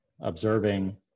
observing